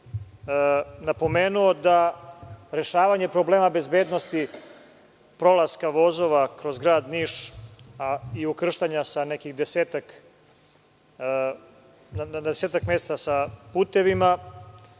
napomenuo da rešavanje problema bezbednosti prolaska vozova kroz Grad Niš i ukrštanja na nekih desetak mesta sa putevima